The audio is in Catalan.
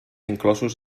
inclosos